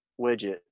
widget